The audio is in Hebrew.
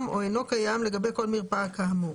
או שאינו קיים לגבי כל מרפאה כאמור: